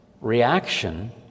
reaction